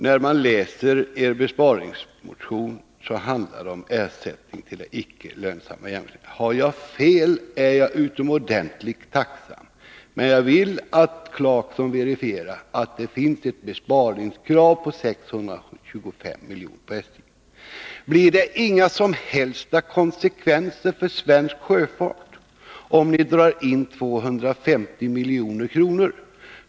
När man läser er besparingsmotion, finner man att det handlar om ersättning till det icke lönsamma järnvägsnätet. Har jag fel, är jag utomordentligt tacksam för ett tillrättaläggande. Men jag vill att Rolf Clarkson verifierar att det finns ett krav på besparingar när det gäller SJ. Det rör sig om 625 milj.kr. För det andra vill jag fråga: Får det inga som helst konsekvenser för svensk sjöfart om man, som ni föreslår, drar in 250 milj.kr.?